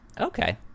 okay